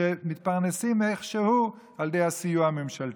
שמתפרנסים איכשהו על ידי הסיוע הממשלתי.